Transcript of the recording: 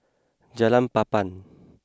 Jalan Papan